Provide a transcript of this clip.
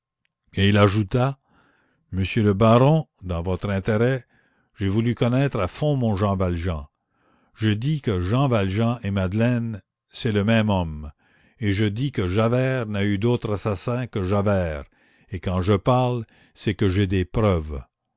et il ajouta monsieur le baron dans votre intérêt j'ai voulu connaître à fond mon jean valjean je dis que jean valjean et madeleine c'est le même homme et je dis que javert n'a eu d'autre assassin que javert et quand je parle c'est que j'ai des preuves